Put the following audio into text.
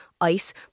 ice